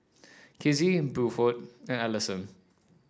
Kizzie Buford and Allyson